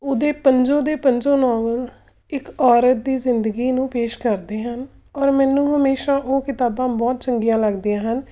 ਉਹਦੇ ਪੰਜੋ ਦੇ ਪੰਜੋ ਨੋਵਲ ਇੱਕ ਔਰਤ ਦੀ ਜ਼ਿੰਦਗੀ ਨੂੰ ਪੇਸ਼ ਕਰਦੇ ਹਨ ਔਰ ਮੈਨੂੰ ਹਮੇਸ਼ਾ ਉਹ ਕਿਤਾਬਾਂ ਬਹੁਤ ਚੰਗੀਆਂ ਲੱਗਦੀਆਂ ਹਨ